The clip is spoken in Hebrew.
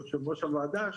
יו"ר הוועדה,